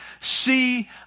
see